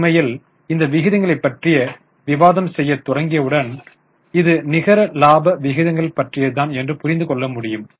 உண்மையில் இந்த விகிதங்களை பற்றி விவாதம் செய்ய தொடங்கியவுடன் இது நிகர லாப விகிதங்கள் பற்றியதுதான் என்று புரிந்து கொள்ள முடியும்